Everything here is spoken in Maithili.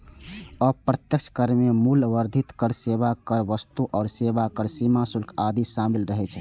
अप्रत्यक्ष कर मे मूल्य वर्धित कर, सेवा कर, वस्तु आ सेवा कर, सीमा शुल्क आदि शामिल रहै छै